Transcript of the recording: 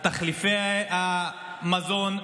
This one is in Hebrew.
תחליפי המזון,